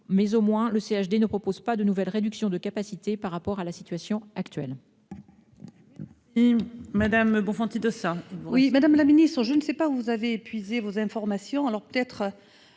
mais, au moins, le CHD ne propose pas une nouvelle réduction de ses capacités par rapport à la situation actuelle.